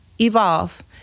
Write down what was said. evolve